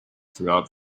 throughout